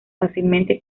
fácilmente